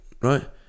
right